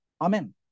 Amen